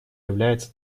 является